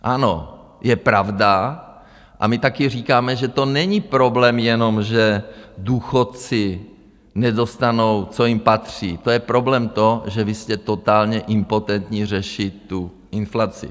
Ano, je pravda, a my taky říkáme, že to není problém jenom, že důchodci nedostanou, co jim patří, to je problém toho, že vy jste totálně impotentní řešit inflaci.